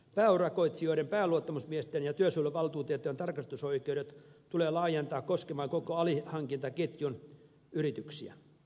pääurakoitsijoiden pääluottamusmiesten ja työsuojeluvaltuutettujen tarkastusoikeudet tulee laajentaa koskemaan koko alihankintaketjun yrityksiä